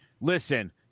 Listen